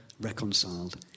reconciled